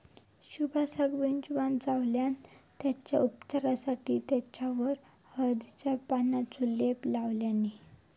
सुभाषका विंचवान चावल्यान तेच्या उपचारासाठी तेच्यावर हळदीच्या पानांचो लेप लावल्यानी